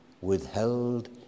withheld